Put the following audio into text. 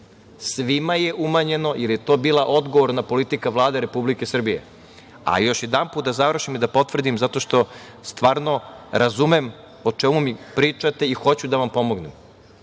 Svima je umanjeno jer je to bila odgovorna politika Vlade Republike Srbije. Još jednom, da završim i da potvrdim, zato što stvarno razumem o čemu mi pričate i hoću da vam pomognem.